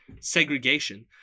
Segregation